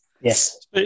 Yes